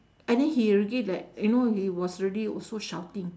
and then he already like you know he already also shouting